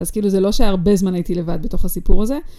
אז כאילו זה לא שהרבה זמן הייתי לבד בתוך הסיפור הזה.